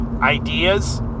ideas